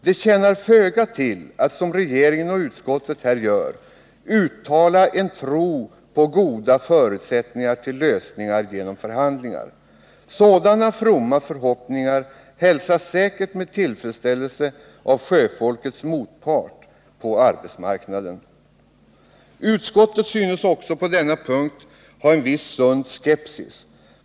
Det tjänar föga till att, som regeringen och utskottet här gör, uttala en tro på goda förutsättningar för lösningar genom förhandlingar. Sådana fromma förhoppningar hälsas säkert med tillfredsställelse av sjöfolkets motpart på arbetsmarknaden. Utskottet synes också på denna punkt ha en viss sund skepsis.